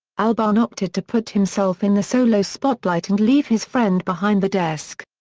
albarn opted to put himself in the solo spotlight and leave his friend behind the desk.